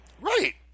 Right